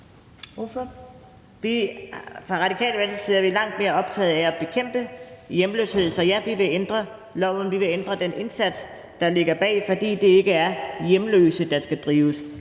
Fra Radikale Venstres side er vi langt mere optaget af at bekæmpe hjemløshed. Så ja, vi vil ændre loven. Vi vil ændre den indsats, der ligger bag, fordi det ikke er hjemløse, der skal drives